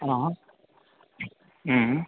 ஆஆ ம்ம்